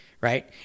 right